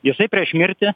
jisai prieš mirtį